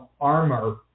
armor